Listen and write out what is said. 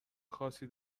خاصی